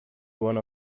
one